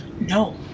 No